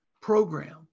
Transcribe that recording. program